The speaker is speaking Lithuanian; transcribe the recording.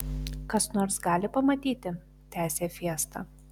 kas nors gali pamatyti tęsė fiesta